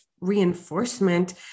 reinforcement